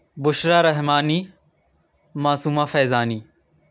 Bushra Rahmani Masooma Faizani